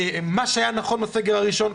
מה שהיה נכון לסגר הראשון,